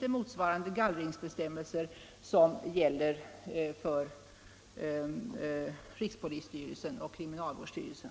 Har SCB gallringsbestämmelser motsvarande dem som gäller för rikspolisstyrelsen och kriminalvårdsstyrelsen?